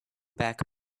back